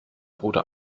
bruder